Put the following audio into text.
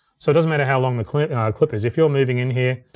so it doesn't matter how long the clip clip is, if you're moving in here,